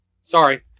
Sorry